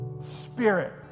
Spirit